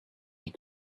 die